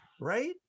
right